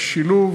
השילוב